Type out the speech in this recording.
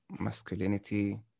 masculinity